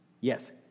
Yes